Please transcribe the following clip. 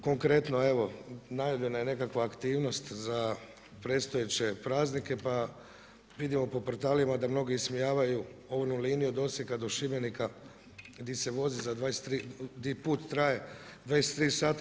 Konkretno, evo, najavljena je nekakva aktivnost za predstojeće praznike, pa vidimo po portalima da mnogi ismijavaju od Osijeka do Šibenika, di se vozi za, di put traje 23 sata.